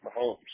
Mahomes